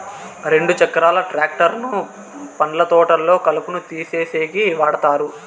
రెండు చక్రాల ట్రాక్టర్ ను పండ్ల తోటల్లో కలుపును తీసేసేకి వాడతారు